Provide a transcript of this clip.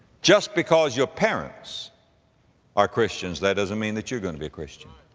just because your parents are christians, that doesn't mean that you're going to be a christian.